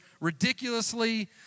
ridiculously